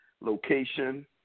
Location